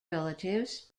relatives